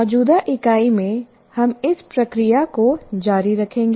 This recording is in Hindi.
मौजूदा इकाई में हम इस प्रक्रिया को जारी रखेंगे